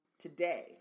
Today